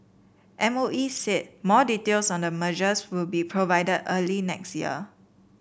M O E said more details on the mergers will be provided early next year